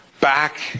back